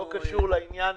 אנחנו לא אהבנו את זה.